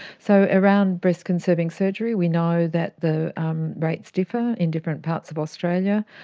so around breast conserving surgery we know that the um rates differ in different parts of australia.